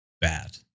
bad